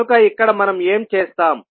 కనుక ఇక్కడ మనం ఏం చేస్తాం